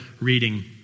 Reading